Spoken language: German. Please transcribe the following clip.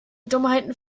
dummheiten